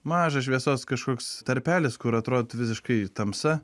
mažas šviesos kažkoks tarpelis kur atrodytų visiškai tamsa